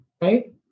right